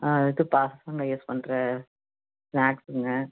இதுப்பா கொழந்தைங்க யூஸ் பண்ணுற ஸ்நாக்ஸுங்க